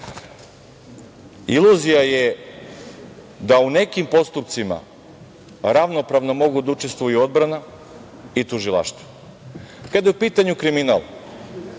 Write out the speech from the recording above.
Srbije. Iluzija je da u nekim postupcima ravnopravno mogu da učestvuju odbrana i tužilaštvu kada je u pitanju kriminal.